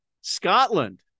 Scotland